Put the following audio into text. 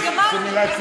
את גמרת.